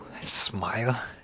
smile